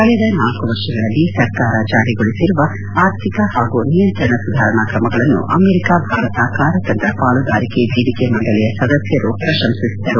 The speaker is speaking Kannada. ಕಳೆದ ನಾಲ್ಕು ವರ್ಷಗಳಲ್ಲಿ ಸರ್ಕಾರ ಜಾರಿಗೊಳಿಸಿರುವ ಆರ್ಥಿಕ ಪಾಗೂ ನಿಯಂತ್ರಣ ಸುಧಾರಣಾ ಕ್ರಮಗಳನ್ನು ಅಮೆರಿಕಾ ಭಾರತ ಕಾರ್ಯತಂತ್ರ ಪಾಲುದಾರಿಕೆ ವೇದಿಕೆ ಮಂಡಳಿಯ ಸದಸ್ಯರು ಪ್ರಶಂಸಿಸಿದರು